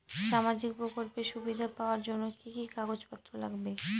সামাজিক প্রকল্পের সুবিধা পাওয়ার জন্য কি কি কাগজ পত্র লাগবে?